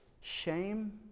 shame